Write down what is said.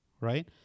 right